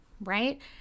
right